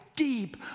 deep